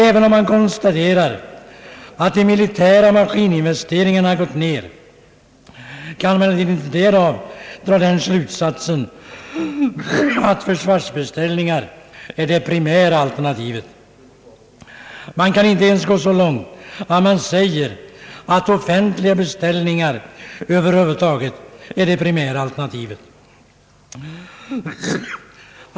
Även om man konstaterar att de militära maskininvesteringarna gått ner, kan man därav inte dra slutsatsen att försvarsbeställningar är det primära alternativet. Man kan inte ens gå så långt att man säger att offentliga beställningar över huvud taget är det primära alternativet.